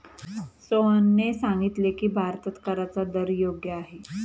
सोहनने सांगितले की, भारतात कराचा दर योग्य आहे